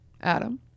Adam